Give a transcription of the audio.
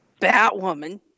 Batwoman